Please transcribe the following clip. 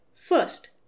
First